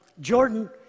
Jordan